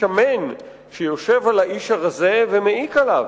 שמן שיושב על האיש הרזה ומעיק עליו,